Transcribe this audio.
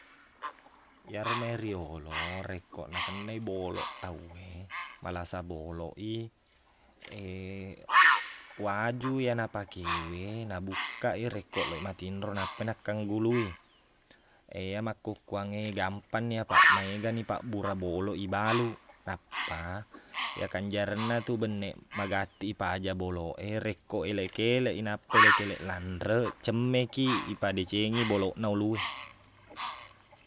Iyaromai riyolo rekko nakennai boloq tau e malasa boloq i waju iye napakewe nabukkaq i rekko lao i matinro nappai nakkanggului eya makkukkuang e gampangni apaq maegani pabbura boloq ibaluq nappa iyakanjarengna tu benneq magatti i paja boloq e rekko eleq-keleqi nappai eleq-keleq lanreq cemmekiq ipadecengi boloqna ulu e